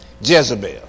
Jezebel